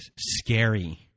scary